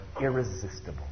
irresistible